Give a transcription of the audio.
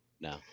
No